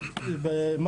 1,874 צווים בוצעו ב-2022.